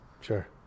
sure